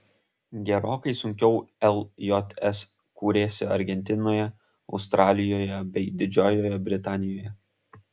gerokai sunkiau ljs kūrėsi argentinoje australijoje bei didžiojoje britanijoje